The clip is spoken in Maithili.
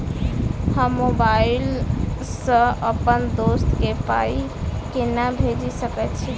हम मोबाइल सअ अप्पन दोस्त केँ पाई केना भेजि सकैत छी?